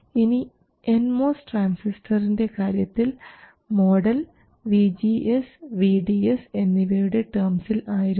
ഇനി N MOS ട്രാൻസിസ്റ്ററിൻറെ കാര്യത്തിൽ മോഡൽ vGS vDS എന്നിവയുടെ ടേംസിൽ ആയിരുന്നു